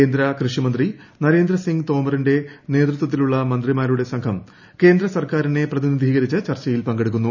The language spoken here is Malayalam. കേന്ദ്ര കൃഷി മന്ത്രി നരേന്ദ്ര സിങ്ങ് തോമറിന്റെ നേതൃത്വത്തിലുള്ള മന്ത്രിമാരുടെ സംഘം കേന്ദ്ര സർക്കാരിനെ പ്രതിനിധീകരിച്ച് ചർച്ചയിൽ പങ്കെടുക്കുന്നു